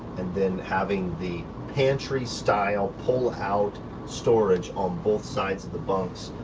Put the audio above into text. and then having the pantry style pull out storage on both sides of the bunks.